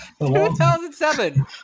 2007